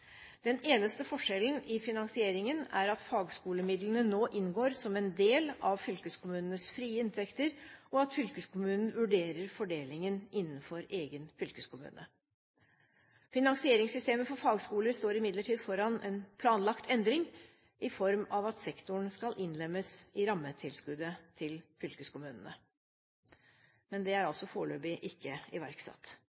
Den eneste forskjellen i finansieringen er at fagskolemidlene nå inngår som en del av fylkeskommunenes frie inntekter, og at fylkeskommunen vurderer fordelingen innenfor egen fylkeskommune. Finansieringssystemet for fagskoler står imidlertid foran en planlagt endring i form av at sektoren skal innlemmes i rammetilskuddet til fylkeskommunene, men det er